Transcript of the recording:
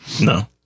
no